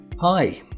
Hi